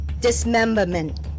dismemberment